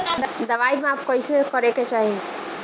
दवाई माप कैसे करेके चाही?